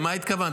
למה התכוונת?